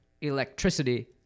electricity